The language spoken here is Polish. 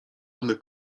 one